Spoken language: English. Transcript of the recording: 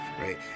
right